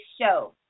show